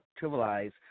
trivialize